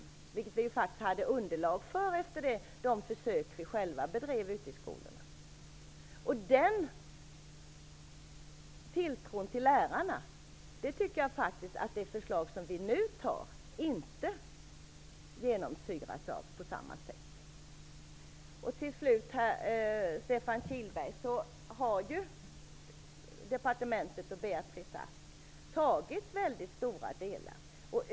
Det hade vi faktiskt underlag för efter de försök vi själva gjorde ute i skolorna. Det förslag vi nu kommer att anta genomsyras inte på samma sätt av tilltro till lärarna. Departementet och Beatrice Ask har godtagit stora delar av förslaget.